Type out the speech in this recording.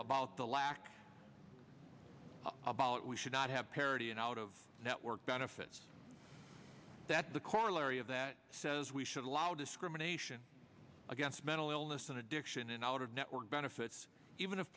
about the lack about we should not have parity in out of network benefits that the corollary of that says we should allow discrimination against mental illness and addiction and out of network benefits even